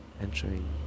entering